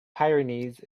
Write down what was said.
pyrenees